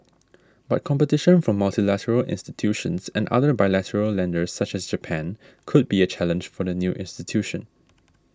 but competition from multilateral institutions and other bilateral lenders such as Japan could be a challenge for the new institution